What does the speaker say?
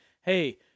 hey